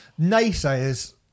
naysayers